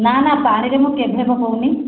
ନା ନା ପାଣିରେ ମୁଁ କେବେ ପକଉନି